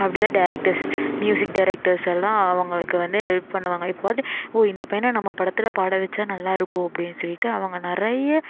அப்படித்தான் directors music directors எல்லாம் அவங்களுக்கு வந்து ஹெல்ப் பண்ணுவாங்க எப்பவாவது ஓ இந்த பையனை நம்ம படத்தில் பாட வச்சால் நல்லாயிருக்கும் அப்படின்னு சொல்லிட்டு அவங்க நிறைய